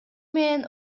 менен